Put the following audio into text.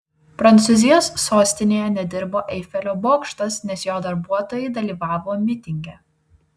prancūzijos sostinėje nedirbo eifelio bokštas nes jo darbuotojai dalyvavo mitinge